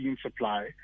supply